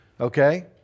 Okay